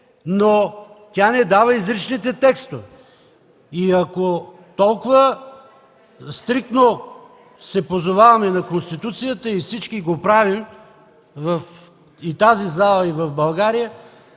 но тя не дава изричните текстове. И ако толкова стриктно се позоваваме на Конституцията, и всички го правим – в тази зала и в България,